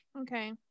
Okay